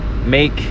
Make